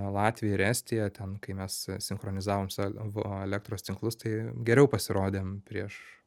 latvija ir estija ten kai mes sinchronizavom savo elektros tinklus tai geriau pasirodėm prieš